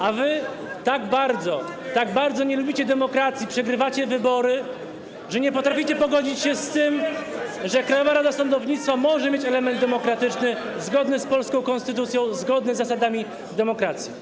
A wy tak bardzo, tak bardzo nie lubicie demokracji, przegrywacie wybory, nie potraficie pogodzić się z tym, że Krajowa Rada Sądownictwa może mieć element demokratyczny zgodny z polską konstytucją, zgodny z zasadami demokracji.